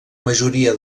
majoria